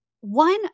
One